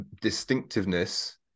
distinctiveness